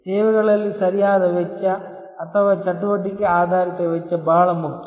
ಸೇವೆಗಳಲ್ಲಿ ಸರಿಯಾದ ವೆಚ್ಚ ಅಥವಾ ಚಟುವಟಿಕೆ ಆಧಾರಿತ ವೆಚ್ಚ ಬಹಳ ಮುಖ್ಯ